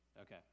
Okay